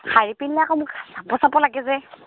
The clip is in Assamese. শাৰী পিন্ধিলে আকৌ মোক চাপৰ চাপৰ লাগে যে